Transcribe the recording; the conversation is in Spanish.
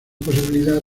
posibilidad